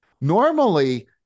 Normally